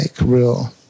real